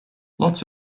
lots